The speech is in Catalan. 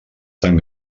tan